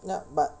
ya but